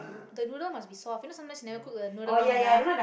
the noodle must be soft you know sometimes never cook the noodle long enough